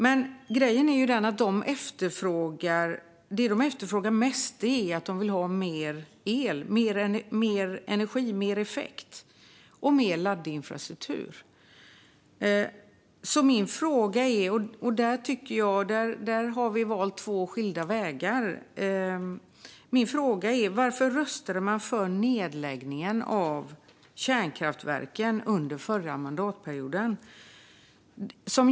Men grejen är ju att det de efterfrågar mest är mer el - mer energi och mer effekt - och mer laddinfrastruktur. Där tycker jag att vi har valt två skilda vägar. Min fråga är varför Centerpartiet under den förra mandatperioden röstade för nedläggningen av kärnkraftverken.